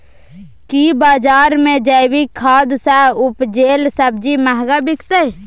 की बजार मे जैविक खाद सॅ उपजेल सब्जी महंगा बिकतै?